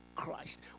Christ